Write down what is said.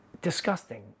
disgusting